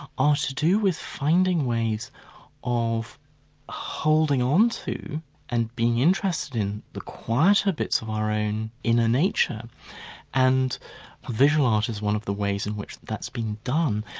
are to do with finding ways of holding onto and being interested in the quieter bits of our own inner ah nature and visual art is one of the ways in which that's been done.